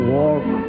walk